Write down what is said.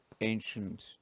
Ancient